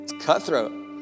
cutthroat